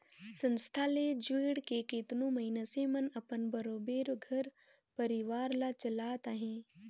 संस्था ले जुइड़ के केतनो मइनसे मन अपन बरोबेर घर परिवार ल चलात अहें